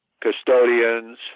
custodians